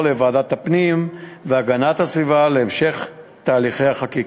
לוועדת הפנים והגנת הסביבה להמשך תהליכי החקיקה.